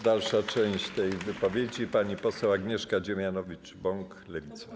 Dalsza część wypowiedzi - pani poseł Agnieszka Dziemianowicz-Bąk, Lewica.